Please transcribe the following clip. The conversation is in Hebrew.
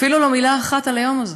אפילו לא מילה על היום הזה,